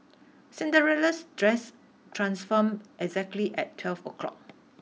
Cinderella's dress transformed exactly at twelve o'clock